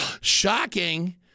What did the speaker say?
shocking